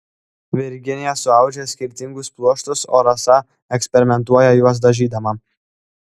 virginija suaudžia skirtingus pluoštus o rasa eksperimentuoja juos dažydama